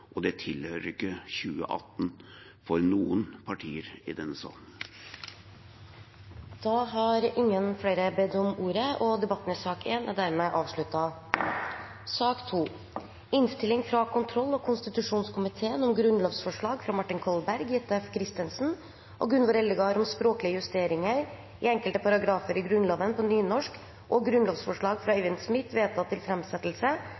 og det tilhører ikke 2018 for noen partier i denne salen. Flere har ikke bedt om ordet til sak nr. 1. Jeg vil takke komiteens medlemmer for godt samarbeid. Saken vi nå skal behandle, er to grunnlovsforslag – forslag nr. 20, som er fremmet av Martin Kolberg, Jette F. Christensen og Gunvor Eldegard, om språklige justeringer i enkelte paragrafer i Grunnloven på nynorsk, og grunnlovsforslag